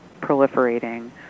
proliferating